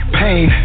pain